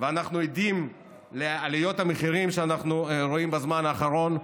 ואנחנו עדים לעליות המחירים שאנחנו רואים בזמן האחרון,